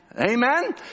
Amen